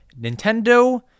Nintendo